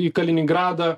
į kaliningradą